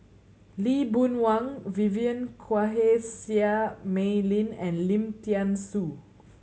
Lee Boon Wang Vivien Quahe Seah Mei Lin and Lim Thean Soo